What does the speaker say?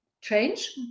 change